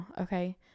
okay